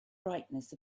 brightness